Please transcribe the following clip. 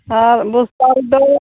ᱟᱨ ᱵᱚᱥᱛᱟ ᱨᱮᱫᱚ